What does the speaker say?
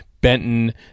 Benton